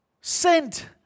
sent